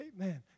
Amen